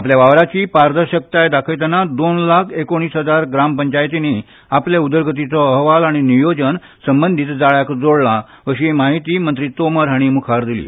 आपल्या वावराची पादरर्शकताय दाखयतना दोन लाख एकोणीस हजार ग्राम पंचायतींनी आपले उदरगतीचो अहवाल आनी नियोजन संबंदीत जाळ्याक जोडला अशीय माहिती मंत्री तोमार हांणी मुखार दिली